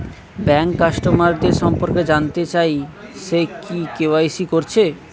bank কাস্টমারদের সম্পর্কে জানতে চাই সে কি কে.ওয়াই.সি কোরেছে